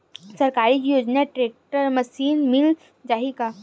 सरकारी योजना tractor machine मिल जाही का?